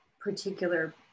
particular